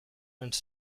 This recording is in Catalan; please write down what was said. ens